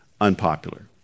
unpopular